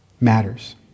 matters